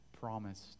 promised